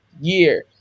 year